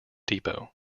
depot